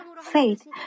faith